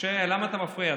משה, למה אתה מפריע?